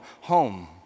home